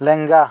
ᱞᱮᱝᱜᱟ